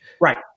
Right